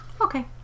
Okay